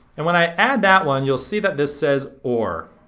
and when i add that one you'll see that this says or.